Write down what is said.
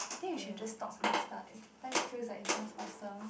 I think we should just talk next time time feels like it pass faster